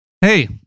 Hey